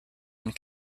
and